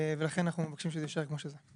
לכן אנחנו מבקשים שזה יישאר כמו שזה.